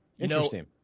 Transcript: Interesting